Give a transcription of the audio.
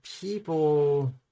People